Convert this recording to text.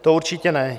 To určitě ne.